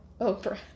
Oprah